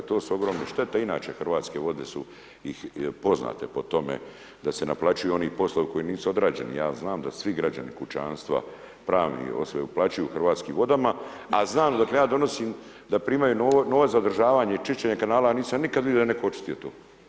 To su ogromne štete, inače Hrvatske vode su poznate po tome da se naplaćuju oni poslovi koji nisu odrađeni, ja znam da svi građani, kućanstva, pravne osobe plaćaju Hrvatskim vodama a znam odakle ja dolazim, da primaju novac za održavanje i čišćenje kanala, ja nisam nikad vidio da je netko očistio to.